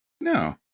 no